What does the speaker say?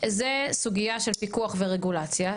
זה סוגיה של פיקוח ורגולציה,